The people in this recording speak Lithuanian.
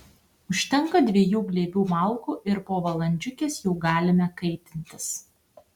užtenka dviejų glėbių malkų ir po valandžiukės jau galime kaitintis